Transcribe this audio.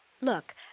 Look